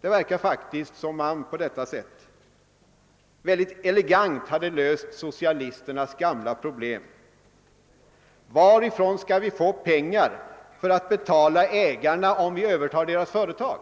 Det verkar faktiskt som om man på detta sätt ytterst elegant hade löst socialisternas gamla problem: Varifrån skall vi få pengar för att betala ägarna om vi övertar deras företag?